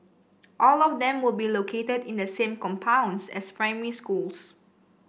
all of them will be located in the same compounds as primary schools